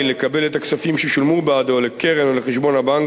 לקבל את הכספים ששולמו בעדו לקרן או לחשבון הבנק,